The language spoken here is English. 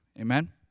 Amen